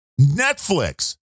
Netflix